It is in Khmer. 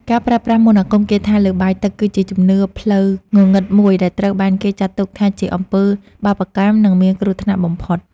ការប្រើប្រាស់មន្តអាគមគាថាលើបាយទឹកគឺជាជំនឿផ្លូវងងឹតមួយដែលត្រូវបានគេចាត់ទុកថាជាអំពើបាបកម្មនិងមានគ្រោះថ្នាក់បំផុត។